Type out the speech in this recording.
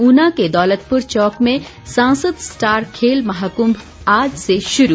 ऊना के दौलतपुर चौक में सांसद स्टार खेल महाकुम्भ आज से शुरू